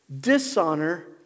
Dishonor